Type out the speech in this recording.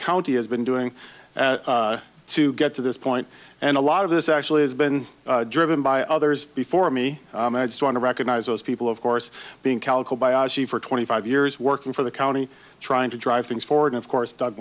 county has been doing to get to this point and a lot of this actually has been driven by others before me and i just want to recognize those people of course being calico biagi for twenty five years working for the county trying to drive things forward of course doug